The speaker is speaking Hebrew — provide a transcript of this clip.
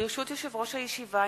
ברשות יושב-ראש הישיבה,